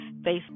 Facebook